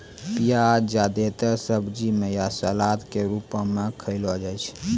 प्याज जादेतर सब्जी म या सलाद क रूपो म खयलो जाय छै